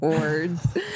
Words